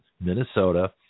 Minnesota